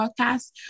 podcast